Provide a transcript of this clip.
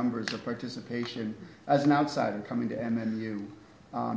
numbers of participation as an outsider coming to and then you